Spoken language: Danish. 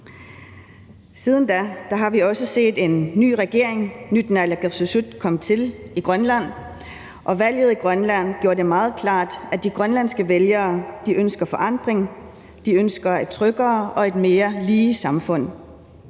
Siden da har vi også set en ny regering, et nyt naalakkersuisut komme til i Grønland, og valget i Grønland gjorde det meget klart, at de grønlandske vælgere ønsker forandring. De ønsker et tryggere og et mere lige samfund.